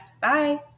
bye